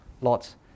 Lots